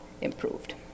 improved